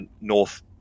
North